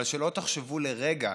אבל שלא תחשבו לרגע